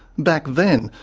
back then,